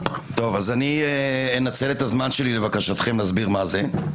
אני אנצל את הזמן שלי, לבקשתכם, ואסביר מה זה.